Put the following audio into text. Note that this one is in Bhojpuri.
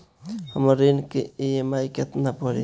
हमर ऋण के ई.एम.आई केतना पड़ी?